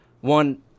one